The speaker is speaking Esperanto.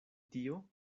tio